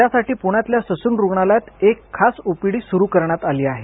त्यासाठी पुण्यातल्या ससून रुग्णालयात एक खास ओपीडी सुरू करण्यात आली आहे